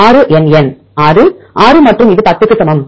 6 NN 6 6 மற்றும் இது 10 க்கு சமம்